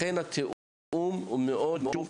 לכן התיאום מאוד חשוב.